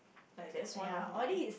like that's one of my